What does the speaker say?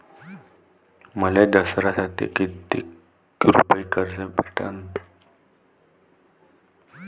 मले दसऱ्यासाठी कितीक रुपये कर्ज भेटन?